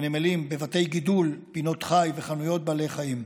בבתי גידול, פינות חי וחנויות בעלי חיים.